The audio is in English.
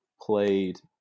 played